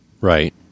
Right